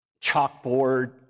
chalkboard